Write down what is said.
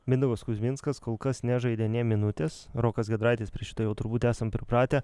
mindaugas kuzminskas kol kas nežaidė nė minutės rokas giedraitis prie šito jau turbūt esam pripratę